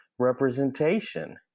representation